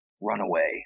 Runaway